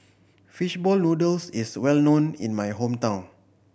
fish ball noodles is well known in my hometown